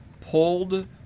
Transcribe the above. pulled